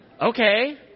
okay